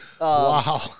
wow